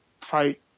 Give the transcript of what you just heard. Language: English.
fight